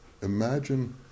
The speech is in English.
Imagine